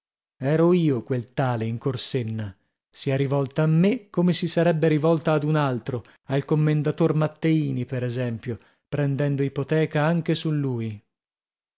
ero io quel tale in corsenna si è rivolta a me come si sarebbe rivolta ad un altro al commendator matteini per esempio prendendo ipoteca anche su lui